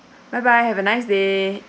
bye bye have a nice day